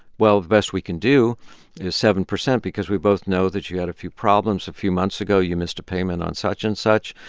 well, the best we can do is seven percent because we both know that you had a few problems a few months ago. you missed a payment on such and such.